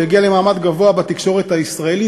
שהגיע למעמד גבוה בתקשורת הישראלית.